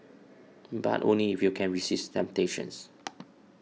but only if you can resist temptations